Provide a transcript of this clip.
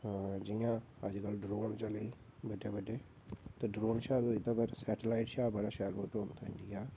जि'यां अजकल ड्रोन चले दे बड्डे बड्डे ते सैटलाईट कन्नै बी फोटो शैल औंदे न